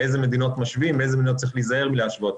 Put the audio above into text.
מאיזה מדינות משווים ומאיזה מדינות צריך להיזהר מהשוואה.